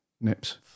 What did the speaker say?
Nips